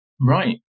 Right